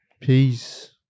Peace